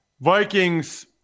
Vikings